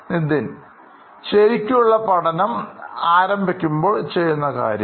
Nithin ശരിക്കുള്ള പഠനം ആരംഭിക്കുമ്പോൾ ചെയ്യുന്ന കാര്യം